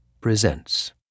Presents